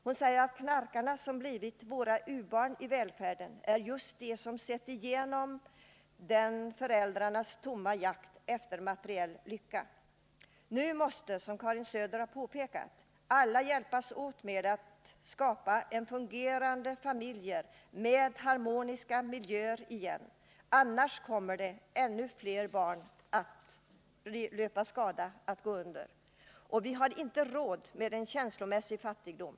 Hon säger att knarkarna, som blivit våra u-barn i välfärden, är just de som genomskådat föräldrarnas tomma jakt efter materiell lycka. Nu måste alla hjälpas åt med att skapa fungerande familjer igen med harmoniska miljöer: annars kommer ännu fler barn att löpa risk för att gå under. Ja, vi har inte råd med en känslomässig fattigdom.